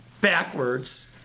backwards